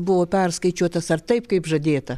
buvo perskaičiuotas ar taip kaip žadėta